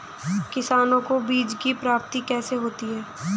किसानों को बीज की प्राप्ति कैसे होती है?